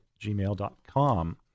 gmail.com